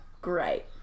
great